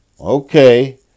Okay